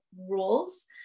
rules